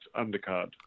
undercard